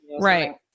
Right